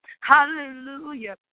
Hallelujah